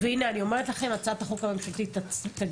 והנה, אני אומרת לכם, הצעת החוק הממשלתית תגיע.